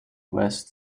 west